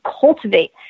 cultivate